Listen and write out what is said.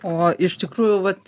o iš tikrųjų vat